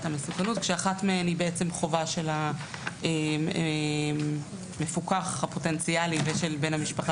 המסוכנות כאשר אחת מהן היא בעצם חובה של המפוקח הפוטנציאלי ושל בן המשפחה